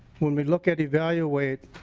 when we look at evaluate